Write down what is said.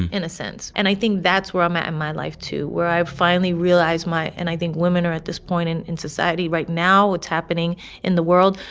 in a sense. and i think that's where i'm at in my life, too, where i finally realize my and i think women are at this point in in society right now, what's happening in the world.